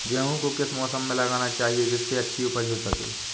गेहूँ को किस मौसम में लगाना चाहिए जिससे अच्छी उपज हो सके?